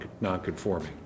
non-conforming